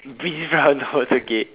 be round host okay